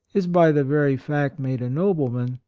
is, by the very fact, made a nobleman,